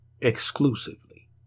exclusively